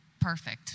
perfect